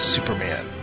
Superman